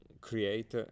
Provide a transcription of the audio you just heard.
create